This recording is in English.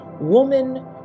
woman